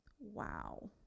Wow